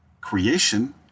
Creation